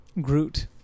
Groot